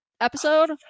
episode